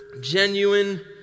genuine